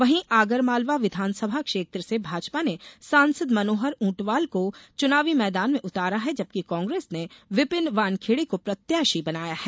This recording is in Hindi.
वहीं आगरमालवा विधानसभा क्षेत्र से भाजपा ने सासंद मनोहर ऊंटवाल को चुनावी मैदान में उतारा है जबकि कांग्रेस ने विपिन वानखेडे को प्रत्याशी बनाया है